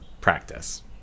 practice